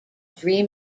three